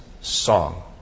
song